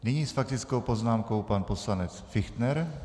Nyní s faktickou poznámkou pan poslanec Fichtner.